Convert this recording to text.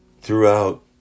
Throughout